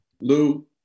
Lou